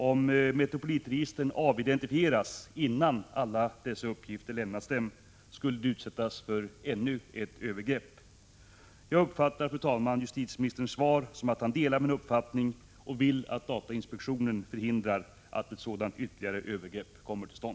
Om Metropolitregistren avidentifieras innan alla dessa uppgifter lämnats dem, skulle de utsättas för ännu ett övergrepp. Jag uppfattar, fru talman, justitieministerns svar så, att han delar min uppfattning och vill att datainspektionen förhindrar att sådant ytterligare övergrepp kommer att ske.